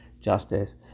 justice